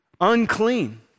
unclean